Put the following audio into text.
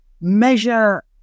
measure